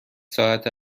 ساعت